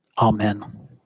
Amen